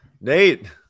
Nate